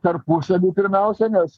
tarpusavy pirmiausia nes